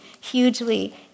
hugely